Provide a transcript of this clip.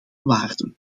waarden